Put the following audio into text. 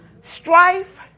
Strife